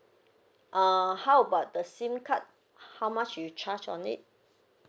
uh how about the SIM card how much you charge on it